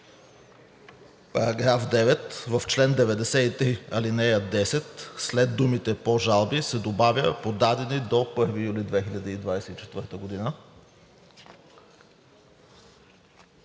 Параграф 9, в чл. 93, ал. 10 след думите „по жалби“ се добавя „подадени до 1 юли 2024 г.“.